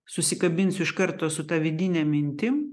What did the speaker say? susikabinsiu iš karto su ta vidine mintim